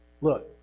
Look